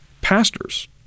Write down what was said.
pastors